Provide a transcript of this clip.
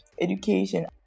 education